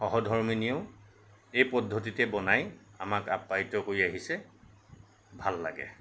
সহধৰ্মিণীয়েও এই পদ্ধতিতে বনাই আমাক আপ্যায়িত কৰি আহিছে ভাল লাগে